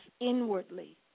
inwardly